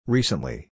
Recently